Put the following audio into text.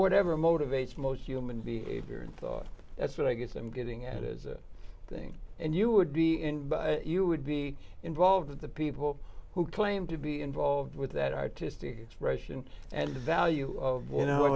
whatever motivates most human behavior and thought that's what i guess i'm getting at is a thing and you would be you would be involved with the people who claim to be involved with that artistic expression and the value of you know